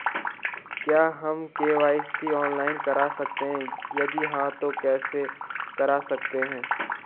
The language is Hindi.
क्या हम के.वाई.सी ऑनलाइन करा सकते हैं यदि हाँ तो कैसे करा सकते हैं?